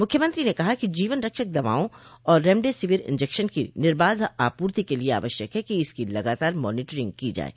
मुख्यमंत्री ने कहा है कि जीवन रक्षक दवाओं और रेमडेसिविर इंजेक्शन की निर्बाध आपूर्ति के लिये आवश्यक है कि इसकी लगातार मानीटरिंग की जाये